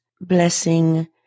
blessing